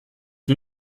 wir